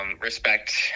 respect